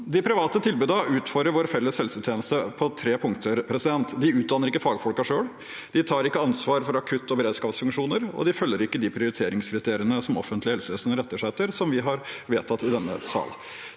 De private tilbudene utfordrer vår felles helsetjeneste på tre punkter: De utdanner ikke fagfolkene selv. De tar ikke ansvar for akutt- og beredskapsfunksjoner. De følger ikke de prioriteringskriteriene som offentlig helsevesen retter seg etter, og som vi har vedtatt i denne sal.